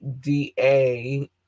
D-A